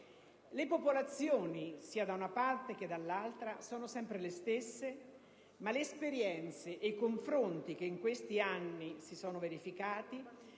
Le popolazioni, sia da una parte che dall'altra, sono sempre le stesse, ma le esperienze e i confronti che in questi anni si sono verificati,